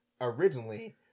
originally